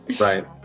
right